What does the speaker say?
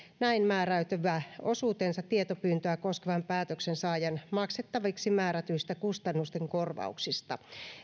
näin määräytyvä osuutensa tietopyyntöä koskevan päätöksen saajan maksettaviksi määrätyistä kustannusten korvauksista